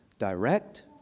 ...direct